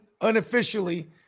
unofficially